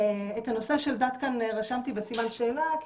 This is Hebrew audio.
את הנושא של דת כאן רשמתי בסימן שאלה כי